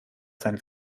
sein